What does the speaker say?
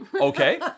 Okay